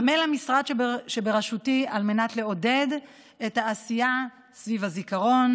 עמל המשרד שבראשותי לעודד את העשייה סביב הזיכרון,